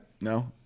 No